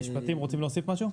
משרד המשפטים, רוצים להוסיף משהו?